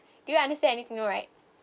do you understand anything no right